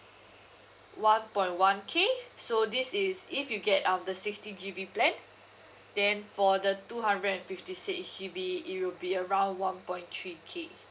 one point one K so this is if you get um the sixty G_B plan then for the two hundred and fifty six G_B it will be around one point three K